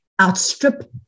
outstrip